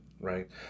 Right